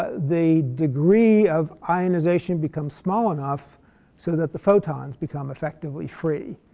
ah the degree of ionization becomes small enough so that the photons become effectively free.